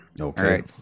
Okay